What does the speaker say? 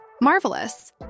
Marvelous